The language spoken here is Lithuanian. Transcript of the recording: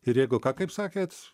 ir jeigu ką kaip sakėt